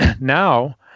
Now